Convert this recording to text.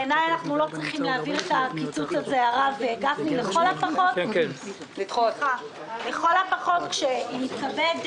יותר מדי אנשים בדיון ואני מתנצל מראש שאנחנו נמצאים במצב